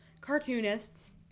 cartoonists